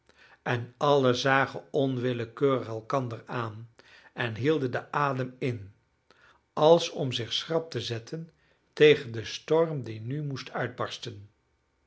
en allen zagen onwillekeurig elkander aan en hielden den adem in als om zich schrap te zetten tegen den storm die nu moest uitbarsten